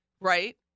Right